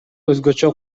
өзгөчө